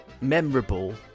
memorable